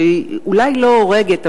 שהיא אולי לא הורגת,